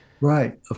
Right